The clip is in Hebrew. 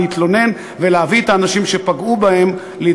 להתלונן ולהביא את האנשים שפגעו בהם למשפט.